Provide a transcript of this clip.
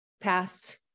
past